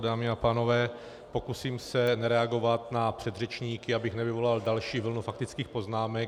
Dámy a pánové, pokusím se reagovat na předřečníky, abych nevyvolal další vlnu faktických poznámek.